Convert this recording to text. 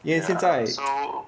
因为现在